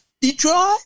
Detroit